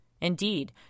Indeed